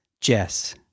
Jess